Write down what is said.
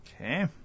okay